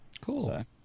Cool